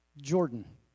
Jordan